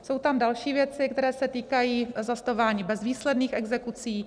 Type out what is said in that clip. Jsou tam další věci, které se týkají zastavování bezvýsledných exekucí.